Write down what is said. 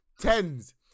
tens